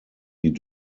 die